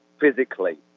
physically